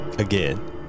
Again